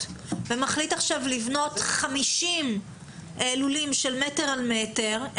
ומחליט עכשיו לבנות 50 לולי של מטר על מטר,